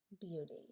beauty